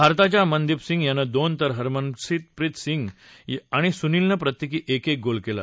भारताच्या मनदिप सिंग यानं दोन तर हरमनप्रित सिंग आणि सुनिलनं प्रत्यक्ती एक एक गोल कला